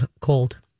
Cold